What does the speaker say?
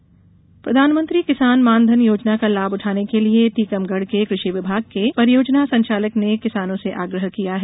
मानधन योजना प्रधानमंत्री किसान मानधन योजना का लाभ उठाने के लिये टीकमगढ़ के कृषि विभाग के परियोजना संचालक ने किसानों से आग्रह किया है